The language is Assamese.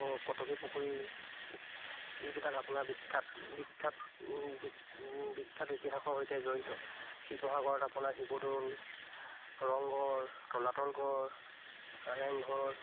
কটকী পুখুৰী এইবিলাক আপোনাৰ বিখ্যাত বিখ্যাত বি বিখ্যাত ইতিহাসৰ সৈতে জড়িত শিৱসাগৰত আপোনাৰ শিৱদৌল ৰংঘৰ তলাতল ঘৰ কাৰেংঘৰ